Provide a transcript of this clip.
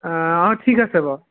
অ ঠিক আছে বাৰু